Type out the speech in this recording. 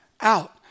out